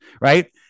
right